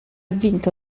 vinto